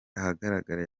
ahagaragara